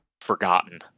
forgotten